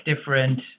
different